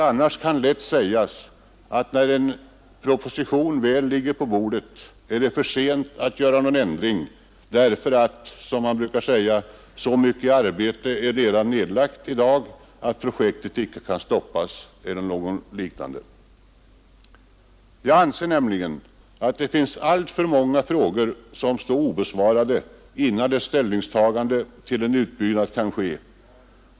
Annars kan lätt hända att när en proposition väl ligger på bordet är det för sent att göra någon ändring därför att, som man brukar säga, ”så mycket arbete redan är nedlagt att projektet icke kan stoppas”. Jag anser att det finns alltför många frågor som måste besvaras, innan ett ställningstagande till förmån för en utbyggnad kan ske.